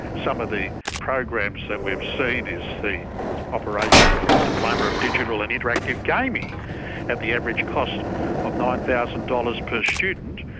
some of the programs that we've seen is the operation of diploma of digital and interactive gaming at the average cost of nine thousand dollars per student,